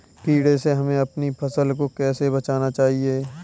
कीड़े से हमें अपनी फसल को कैसे बचाना चाहिए?